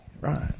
right